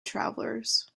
travelers